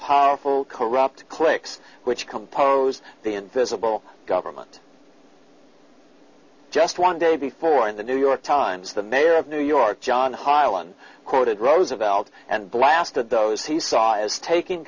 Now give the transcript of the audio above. powerful corrupt cliques which compose the invisible government just one day before the new york times the mayor of new york john hyland quoted roosevelt and blasted those he saw as taking